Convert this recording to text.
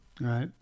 right